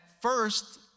first